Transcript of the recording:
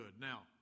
Now